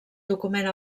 document